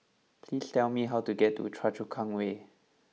please tell me how to get to Choa Chu Kang Way